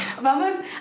Vamos